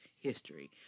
history